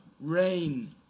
rain